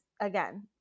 again